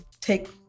take